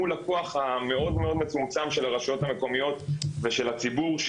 מול הכוח המאוד מאוד מצומצם של הרשויות המקומיות ושל הציבור,